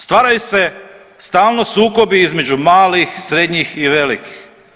Stvaraju se stalno sukobi između malih, srednjih i velikih.